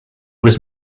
was